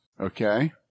okay